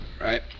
Right